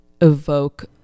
evoke